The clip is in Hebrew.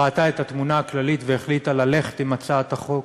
ראתה את התמונה הכללית והחליטה ללכת עם הצעת החוק.